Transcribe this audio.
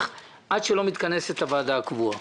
כל עוד לא מתכנסת ועדת הכספים הקבועה.